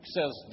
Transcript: says